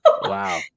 Wow